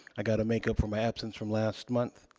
i got to make up for my absence from last month.